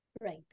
Right